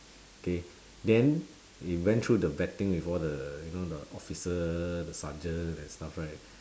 okay then they went through the vetting with all the you know the officer the sergeant and stuff right